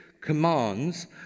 commands